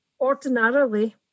ordinarily